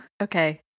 Okay